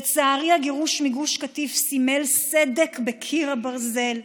לצערי, הגירוש מגוף קטיף סימל סדק בקיר הברזל.